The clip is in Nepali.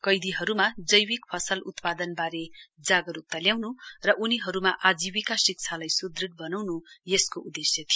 कैदीहरूमा जैविक फसल उत्पादनबारे जागरूकता ल्याउन् र उनीहरूमा आजीविका शिक्षालाई सुदृढ बनाउनु यसको उद्देश्य थियो